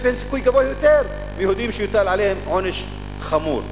יש להם סיכוי גבוה יותר מיהודים שיוטל עליהם עונש חמור.